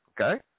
Okay